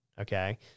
okay